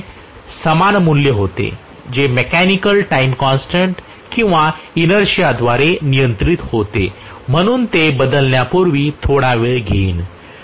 वेगाचे समान मूल्य होते हे मेकॅनिकल टाइम कॉन्स्टन्ट किंवा इनर्शिया द्वारे नियंत्रित होते म्हणून ते बदलण्यापूर्वी थोडा वेळ घेईल